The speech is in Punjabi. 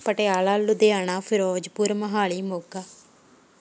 ਪਟਿਆਲਾ ਲੁਧਿਆਣਾ ਫਿਰੋਜ਼ਪੁਰ ਮੋਹਾਲੀ ਮੋਗਾ